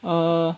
uh